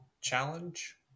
challenge